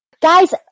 Guys